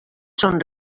són